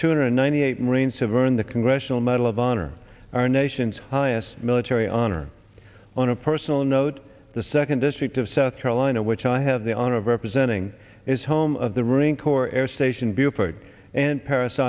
two hundred ninety eight marines have earned the congressional medal of honor our nation's highest military honor on a personal note the second district of south carolina which i have the honor of representing is home of the ring corps air station buford and parris